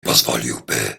pozwoliłby